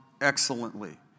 excellently